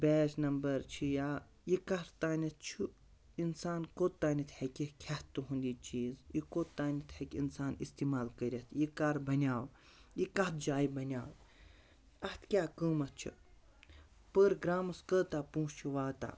بیچ number چھِ یا یہِ کَر تانٮ۪تھ چھُ اِنسان کوٚتتانٮ۪تھ ہیٚکہِ کھٮ۪تھ تُہُنٛد یہِ چیٖز یہِ کوٚتتانٮ۪تھ ہیٚکہِ اِنسان استعمال کٔرِتھ یہِ کَر بنیٛو یہِ کَتھ جایہِ بنیٛو اَتھ کیٛاہ قۭمَتھ چھُ پٔر گرٛامَس کۭتیاہ پونٛسہٕ چھُ واتان